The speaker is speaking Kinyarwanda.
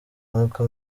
nk’uko